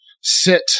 sit